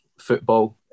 Football